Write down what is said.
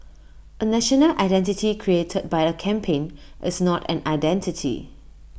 A national identity created by A campaign is not an identity